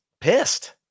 pissed